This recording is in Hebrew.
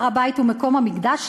הר-הבית הוא מקום המקדש,